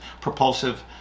propulsive